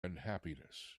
unhappiness